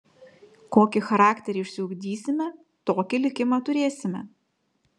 kokį charakterį išsiugdysime tokį likimą turėsime